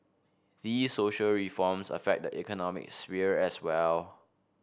these social reforms affect the economic sphere as well